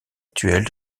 actuels